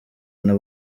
nta